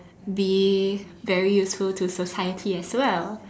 be very useful to society as well